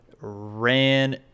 ran